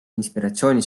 inspiratsiooni